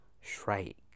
Shrike